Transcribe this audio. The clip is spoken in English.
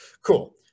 Cool